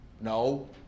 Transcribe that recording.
no